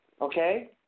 Okay